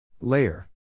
Layer